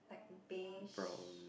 like bash